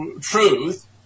truth